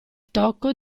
tocco